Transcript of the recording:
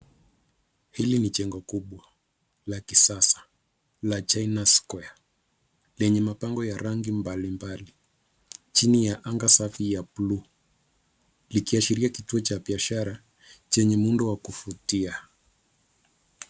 Hili ni jenga kubwa la kisasa la China Square, lenye mapango ya rangi mbali mbali, chini ya anga safi ya blue . Likiashiria kituo cha biashara, chenye muundo wa kuvutia.